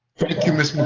thank you ms.